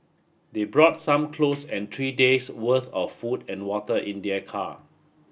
they brought some clothes and three days' worth of food and water in their car